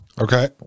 Okay